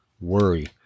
worry